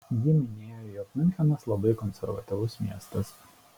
ji minėjo jog miunchenas labai konservatyvus miestas